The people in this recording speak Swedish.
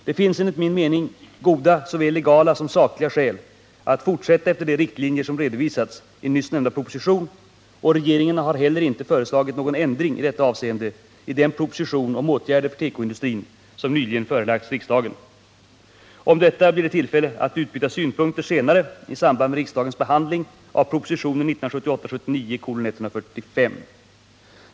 Det finns enligt min mening goda såväl legala som sakliga skäl att fortsätta efter de riktlinjer som redovisades i nyss nämnda proposition, och regeringen har heller inte föreslagit någon ändring i detta avseende i den proposition om åtgärder för tekoindustrin som nyligen förelagts riksdagen. Om detta blir det tillfälle att utbyta synpunkter senare i samband med riksdagens behandling av proposition 1978/79:145.